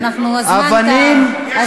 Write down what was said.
הזמן תם.